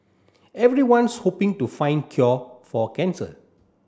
everyone's hoping to find cure for cancer